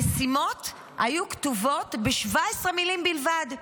המשימות היו כתובות ב-17 מילים בלבד,